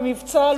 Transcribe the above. במבצע,